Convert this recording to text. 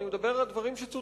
אני מדבר על דברים שצוטטו,